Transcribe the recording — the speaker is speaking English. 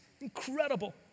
Incredible